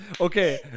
Okay